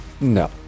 No